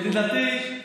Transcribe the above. ידידתי,